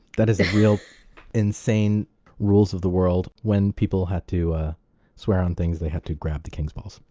that is real insane rules of the world, when people had to swear on things, they had to grab the king's balls.